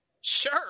Sure